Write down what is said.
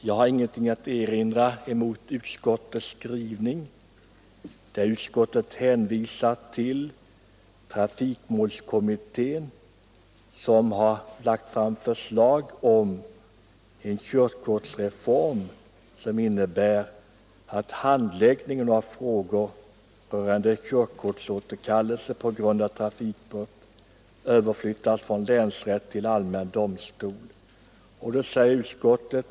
Jag har ingenting att erinra mot utskottets skrivning, där det anförs att trafikmålskommittén funnit övervägande skäl tala för att handläggningen av frågor rörande körkortsåterkallelse på grund av trafikbrott överflyttas från länsrätt till allmän domstol.